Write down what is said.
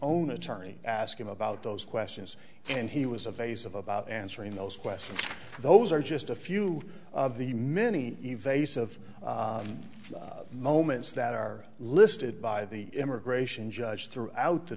own attorney ask him about those questions and he was a vase of about answering those questions those are just a few of the many evasive moments that are listed by the immigration judge threw out the